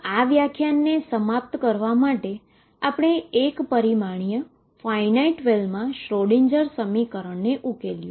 તેથી આ વ્યાખ્યાનને સમાપ્ત કરવા માટે આપણે એક પરિમાણીય ફાઈનાઈટ વેલમાં શ્રોડિંજર સમીકરણને ઉકેલ્યુ